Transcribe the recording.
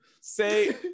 Say